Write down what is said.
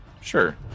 Sure